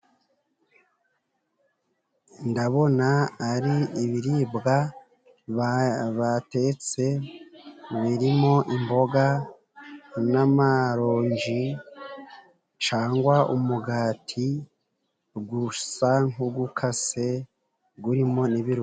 Ndabona ari ibiribwa batetse birimo imboga n'amaronji, cangwa umugati gusa nk'ugukase gurimo n'ibiru...